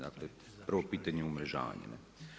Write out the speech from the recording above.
Dakle prvo pitanje umrežavanja.